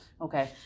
Okay